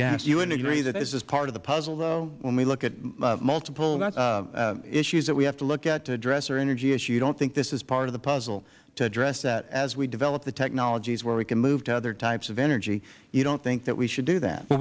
sullivan you wouldn't agree that this is part of the puzzle though when we look at multiple issues that we have to look at to address our energy issue you don't think this is part of the puzzle to address that as we develop the technologies where we can move to other types of energy you don't think that we should do that